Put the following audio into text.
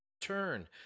turn